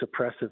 suppressive